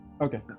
okay